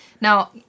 Now